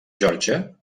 geòrgia